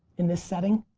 in this setting?